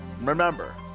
Remember